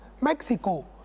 Mexico